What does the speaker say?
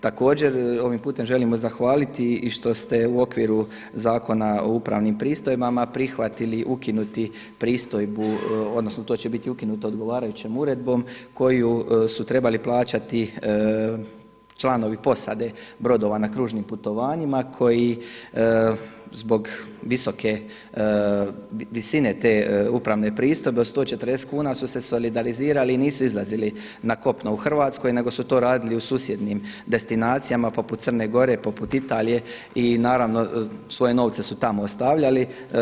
Također ovim putem želimo zahvaliti i što ste u okviru Zakona o upravnim pristojbama prihvatili ukinuti pristojbu, odnosno to će biti ukinuto odgovarajućom uredbom koju su trebali plaćati članovi posade brodova na kružnim putovanjima koji zbog visoke visine te upravne pristojbe od 140 kuna su se solidarizirali i nisu izlazili na kopno u Hrvatskoj nego su to radili u susjednim destinacijama, poput Crne Gore, poput Italije i naravno svoje novce su tamo ostavljali.